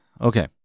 Okay